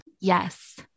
Yes